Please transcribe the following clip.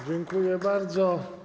Dziękuję bardzo.